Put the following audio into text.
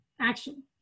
action